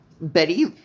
Betty